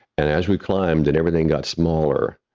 and as we climbed and everything got smaller,